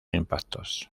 impactos